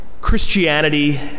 Christianity